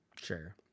Sure